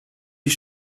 die